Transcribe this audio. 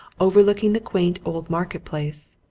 overlooking the quaint old market-place,